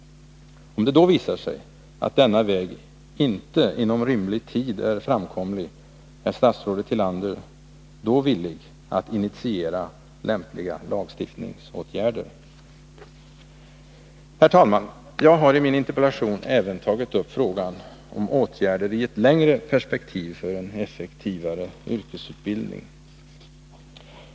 Om det visar sig att denna väg inte inom rimlig tid är framkomlig, är statsrådet Tillander då villig att initiera lämpliga lagstiftningsåtgärder? Herr talman! Jag har i min interpellation även tagit upp frågan om åtgärder i ett längre perspektiv för en effektivare yrkesutbildning.